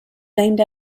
named